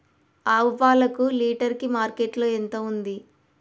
ఆవు పాలకు లీటర్ కి మార్కెట్ లో ఎంత ఉంది?